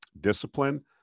discipline